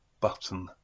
Button